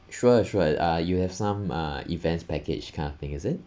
sure sure uh you have some uh events package kind of thing is it